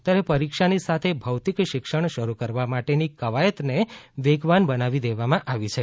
ત્યારે પરીક્ષાની સાથે ભૌતિક શિક્ષણ શરૂ કરવા માટેની કવાયતને વેગવાન બનાવી દેવામાં આવી છે